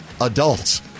adults